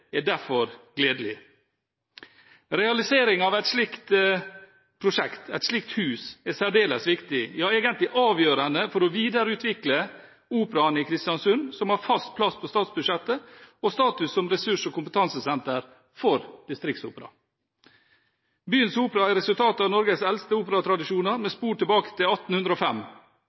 er derfor gledelig. Realisering av et slikt prosjekt, et slikt hus, er særdeles viktig – ja, egentlig avgjørende – for å videreutvikle Operaen i Kristiansund, som har fast plass på statsbudsjettet og status som ressurs- og kompetansesenter for distriktsopera. Byens opera er resultat av Norges eldste operatradisjoner, med spor tilbake til 1805.